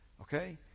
okay